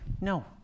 No